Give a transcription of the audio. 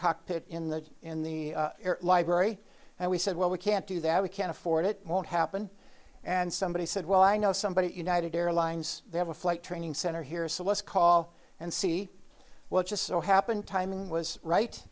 cockpit in the in the library and we said well we can't do that we can't afford it won't happen and somebody said well i know somebody united airlines they have a flight training center here so let's call and see what just so happened timing was right